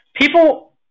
People